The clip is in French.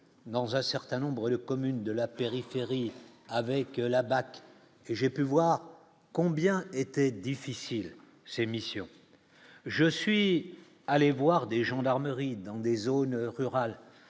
dans un certain nombre de communes de la périphérie avec la BAC et j'ai pu voir combien était difficile, c'est missions, je suis allé voir des gendarmeries dans des zones rurales